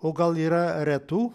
o gal yra retų